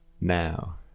Now